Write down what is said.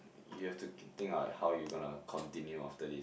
you have to think of like how you gonna continue after this